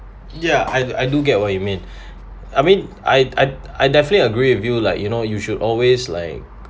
ya I I do get what you mean I mean I I I definitely agree with you like you know you should always like